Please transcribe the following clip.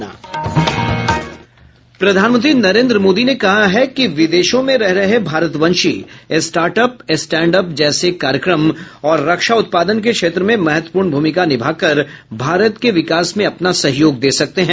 प्रधानमंत्री नरेन्द्र मोदी ने कहा है कि विदेशों में रह रहे भारतवंशी स्टार्ट अप स्टैंड अप जैसे कार्यक्रम और रक्षा उत्पादन के क्षेत्र में महत्वपूर्ण भूमिका निभा कर भारत के विकास में अपना सहयोग दे सकते हैं